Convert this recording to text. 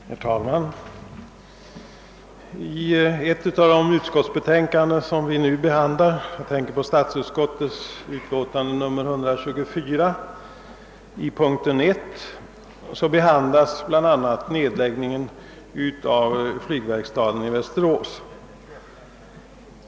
Herr talman! I ett av de utlåtanden från statsutskottet som vi nu behandlar, nämligen nr 124, behandlas under punkten 1 bl.a. förslaget om nedläggning av flygverkstaden i Västerås.